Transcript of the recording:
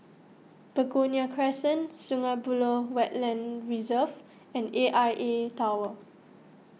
Begonia Crescent Sungei Buloh Wetland Reserve and A I A Tower